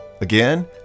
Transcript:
Again